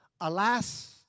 Alas